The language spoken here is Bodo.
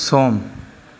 सम